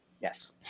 Yes